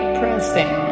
pressing